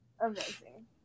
Amazing